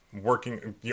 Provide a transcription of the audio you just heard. working